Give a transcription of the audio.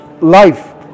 life